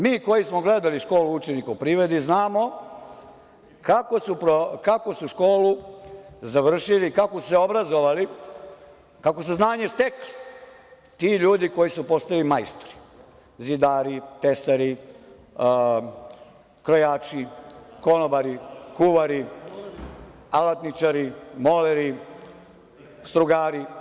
Mi koji smo gledali školu učenika u privredi znamo kako su školu završili, kako su se obrazovali, kako su znanje stekli ti ljudi koji su postali majstori, zidari, tesari, krojači, konobari, kuvari, alatničari, moleri, strugari.